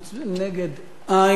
נגד, אין.